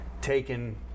taken